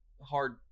hard